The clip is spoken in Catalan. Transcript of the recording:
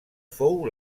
fou